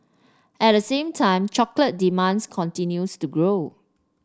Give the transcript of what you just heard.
at the same time chocolate demands continues to grow